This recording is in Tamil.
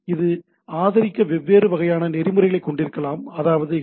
இது ஆதரிக்க வெவ்வேறு வகையான நெறிமுறைகளைக் கொண்டிருக்கலாம் அதாவது ஹெச்